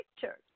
pictures